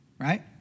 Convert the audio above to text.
right